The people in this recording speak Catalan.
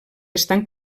estan